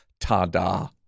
Tada